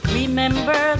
remember